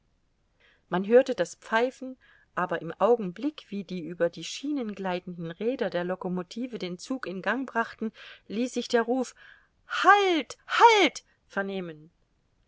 man hörte das pfeifen aber im augenblick wie die über die schienen gleitenden räder der locomotive den zug in gang brachten ließ sich der ruf halt halt vernehmen